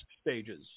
stages